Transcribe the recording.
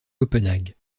copenhague